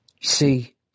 see